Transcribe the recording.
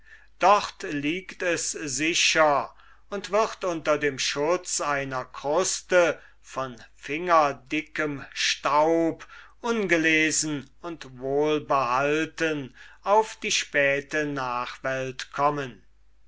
dort liegt es sicher und wird unter dem schutz einer kruste von fingerdickem staub ungelesen und wohlbehalten auf die späte nachwelt kommen